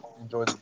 Enjoy